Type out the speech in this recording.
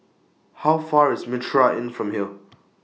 How Far IS Mitraa Inn from here